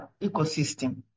ecosystem